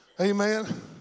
Amen